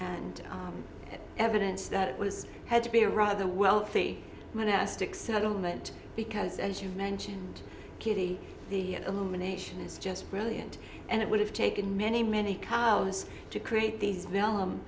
and evidence that it was had to be a rather wealthy monastic settlement because as you mentioned kitty the illumination is just brilliant and it would have taken many many cows to create these vellum